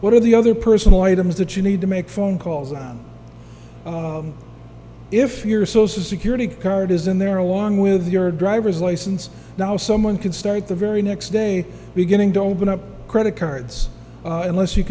what are the other personal items that you need to make phone calls on if your social security card is in there along with your driver's license now someone could start the very next day beginning don't bring up credit cards unless you